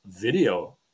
video